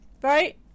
right